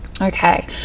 Okay